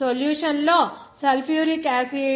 solution లో sulphuric acid 0